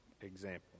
example